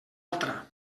altra